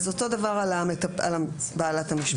אז אותו דבר על בעלת המשפחתון.